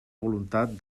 voluntat